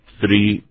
three